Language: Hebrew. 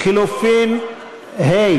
לחלופין ה'